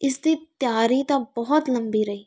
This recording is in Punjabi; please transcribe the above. ਇਸ ਦੀ ਤਿਆਰੀ ਤਾਂ ਬਹੁਤ ਲੰਬੀ ਰਹੀ